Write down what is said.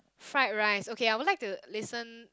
fried rice okay I would like to listen